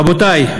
רבותי,